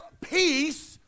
peace